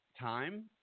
time